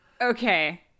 Okay